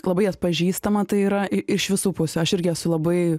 labai atpažįstama tai yra iš visų pusių aš irgi esu laba